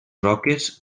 roques